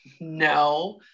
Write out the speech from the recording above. no